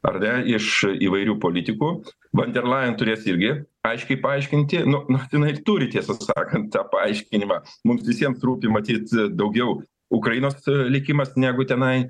ar ne iš įvairių politikų van der laen turės irgi aiškiai paaiškinti nu jinai turi tiesą sakant tą paaiškinimą mums visiems rūpi matyt daugiau ukrainos likimas negu tenai